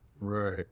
Right